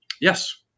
Yes